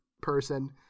person